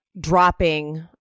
dropping